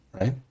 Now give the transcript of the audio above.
Right